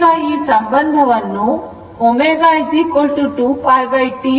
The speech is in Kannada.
ಈಗ ಸಂಬಂಧವನ್ನು ω 2πT